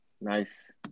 nice